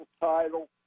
title